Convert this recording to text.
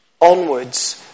onwards